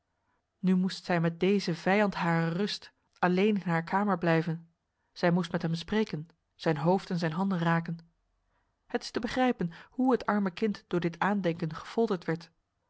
nu moest zij met deze vijand harer rust alleen in haar kamer blijven zij moest met hem spreken zijn hoofd en zijn handen raken het is te begrijpen hoe het arme kind door dit aandenken gefolterd werd